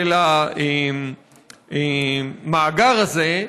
של המאגר הזה,